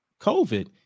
COVID